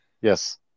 Yes